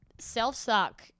self-suck